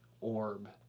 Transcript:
orb